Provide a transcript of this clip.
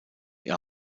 ihr